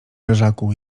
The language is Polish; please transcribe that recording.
leżaku